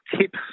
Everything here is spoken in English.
tips